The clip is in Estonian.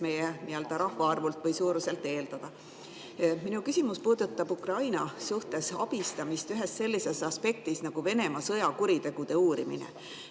meie rahvaarvu või [riigi] suuruse puhul eeldada. Minu küsimus puudutab Ukraina abistamist sellises aspektis nagu Venemaa sõjakuritegude uurimine.